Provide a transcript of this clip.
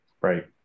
Right